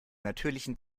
natürlichen